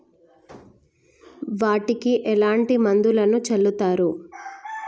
వాటికి ఎట్లాంటి మందులను చల్లుతరు?